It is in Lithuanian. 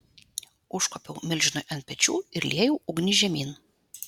užkopiau milžinui ant pečių ir liejau ugnį žemyn